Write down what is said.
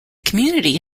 community